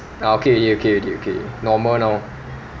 ah okay already okay already okay already normal now